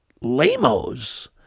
lamos